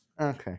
Okay